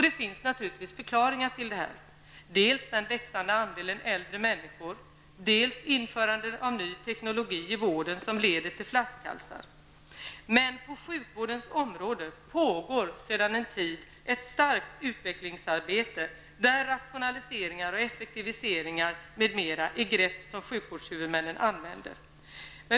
Det finns naturligvis förklaringar till detta, dels den växande andelen äldre människor, dels att införandet av ny teknologi i vården leder till flaskhalsar. Det pågår ett starkt utvecklingsarbete på sjukvårdens område sedan en tid. Där är rationaliseringar och effektiviseringar m.m. grepp som sjukvårdshuvudmännen använder.